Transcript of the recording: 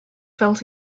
felt